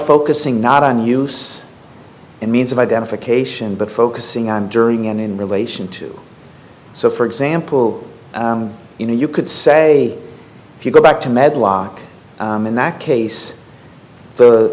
focusing not on use in means of identification but focusing on during and in relation to so for example you know you could say if you go back to med lock in that case the